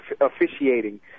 officiating